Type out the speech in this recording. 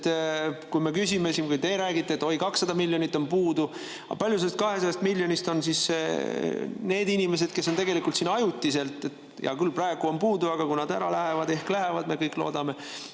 Kui me küsime, siis te räägite, et oi, 200 miljonit on puudu. Aga kui palju sellest 200 miljonist on puudu nende inimeste tõttu, kes on tegelikult siin ajutiselt? Hea küll, praegu on puudu, aga kui nad ära lähevad – ehk lähevad, me kõik loodame